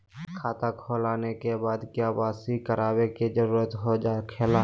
खाता खोल आने के बाद क्या बासी करावे का जरूरी हो खेला?